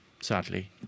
sadly